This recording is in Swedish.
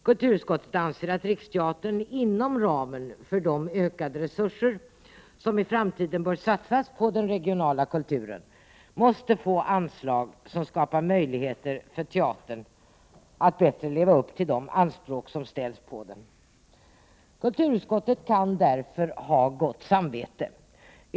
Kulturutskottet anser att Riksteatern —- inom ramen för de ökade resurser som i framtiden bör satsas på den regionala kulturen — måste få anslag som skapar möjligheter för teatern att bättre leva upp till de anspråk som ställs på den. Kulturutskottet kan därför ha gott samvete.